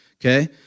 Okay